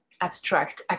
abstract